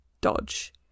dodge